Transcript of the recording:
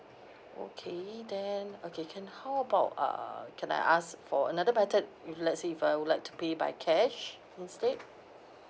okay then okay can how about ah can I ask for another method if let's say if I would like to pay by cash instead